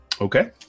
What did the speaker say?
Okay